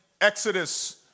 Exodus